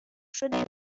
شده